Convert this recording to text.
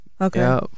Okay